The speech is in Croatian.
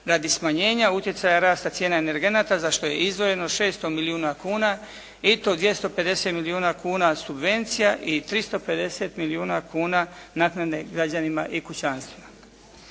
radi smanjenja utjecaja rasta cijena energenata za što je izdvojeno 600 milijuna kuna i to 250 milijuna kuna subvencija i 350 milijuna kuna naknade građanima i kućanstva.